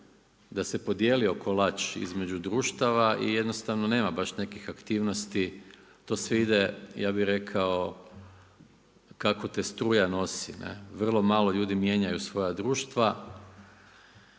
da se podijelio kolač između društava i jednostavno nema baš nekih aktivnosti, to se sve ide ja bih rekao kako te struja nosi. Ne? Vrlo malo ljudi mijenjaju svoja društva.